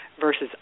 versus